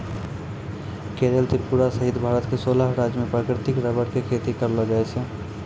केरल त्रिपुरा सहित भारत के सोलह राज्य मॅ प्राकृतिक रबर के खेती करलो जाय छै